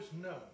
no